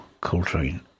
Coltrane